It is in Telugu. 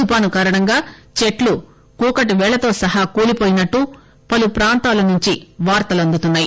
తుఫాను కారణంగా చెట్లు కూకటి పెళ్ళతో సహా కూలీపోయినట్లు పలు ప్రాంతాలనుంచి వార్తలందుతున్నాయి